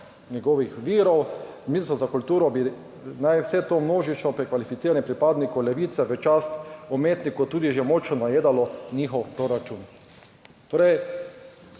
njegovih virov ministrstvo za kulturo bi naj vse to množično prekvalificiranje pripadnikov Levice v čast umetnikov tudi že močno najedalo njihov proračun. Torej,